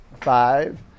Five